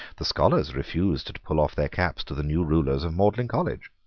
the scholars refused to pull off their caps to the new rulers of magdalene college.